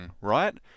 right